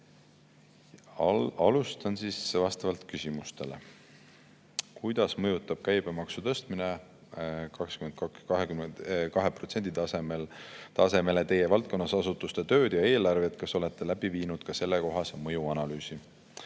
Alustan vastavalt küsimustele."Kuidas mõjutab käibemaksu tõstmine 22% tasemele Teie valdkonna asutuste tööd ja eelarvet? Kas olete läbi viinud ka sellekohase mõjuanalüüsi?"